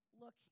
look